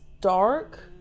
dark